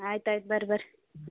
ಆಯ್ತು ಆಯ್ತು ಬರ್ರಿ ಬನ್ರಿ